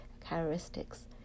characteristics